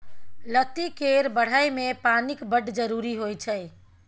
लत्ती केर बढ़य मे पानिक बड़ जरुरी होइ छै